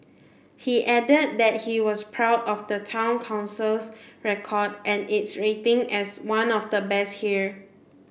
he added that he was proud of the Town Council's record and its rating as one of the best here